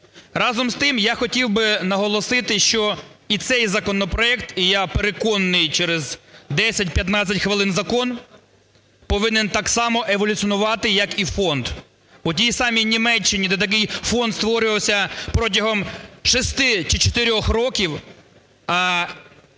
Разом з тим, я хотів би наголосити, що і цей законопроект, і я переконаний, через десять-п'ятнадцять хвилин закон, повинен так само еволюціонувати, як і фонд. У тій самій Німеччині, де такий фонд створювався протягом шести чи